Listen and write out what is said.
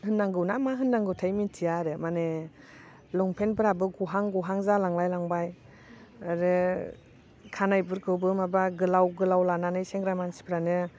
होननांगौ ना मा होननांगौथाय मिथिया आरो माने लंफेनफ्राबो गहां गहां जालांलाय लांबाय आरो खानायफोरखौबो माबा गोलाव गोलाव लानानै सेंग्रा मानसिफ्रानो